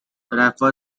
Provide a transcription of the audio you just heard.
refer